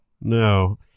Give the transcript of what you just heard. No